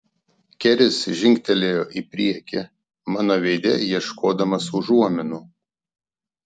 keris žingtelėjo į priekį mano veide ieškodamas užuominų